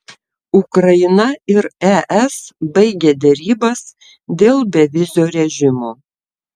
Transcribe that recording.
ukraina ir es baigė derybas dėl bevizio režimo